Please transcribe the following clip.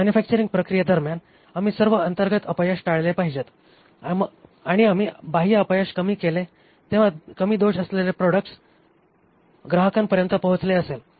manufacturing प्रक्रियेदरम्यान आम्ही सर्व अंतर्गत अपयश टाळले पाहिजेत आणि आम्ही बाह्य अपयश कमी केले तेव्हा कमी दोष असलेले प्रॉडक्ट ग्राहकांपर्यंत पोहोचले असेल